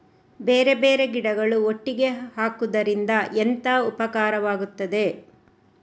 ಬೇರೆ ಬೇರೆ ಗಿಡಗಳು ಒಟ್ಟಿಗೆ ಹಾಕುದರಿಂದ ಎಂತ ಉಪಕಾರವಾಗುತ್ತದೆ?